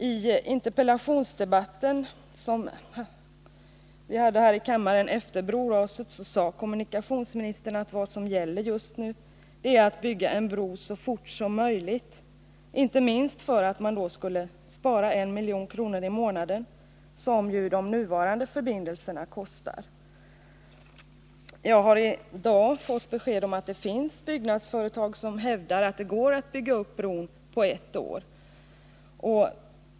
I den interpellationsdebatt som vi hade här i kammaren efter broraset sade kommunikationsministern att vad som gäller just nu är att bygga en bro så fort som möjligt — inte minst för att man då skulle spara 1 milj.kr. i månaden, som ju de nuvarande förbindelserna kostar. Just i dag har jag fått besked om att det finns byggnadsföretag som hävdar att det går att bygga upp bron på ett år.